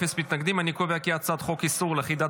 ההצעה להעביר את הצעת חוק איסור לכידת